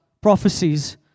prophecies